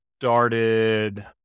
started